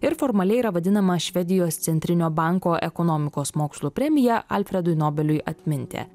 ir formaliai yra vadinama švedijos centrinio banko ekonomikos mokslų premija alfredui nobeliui atminti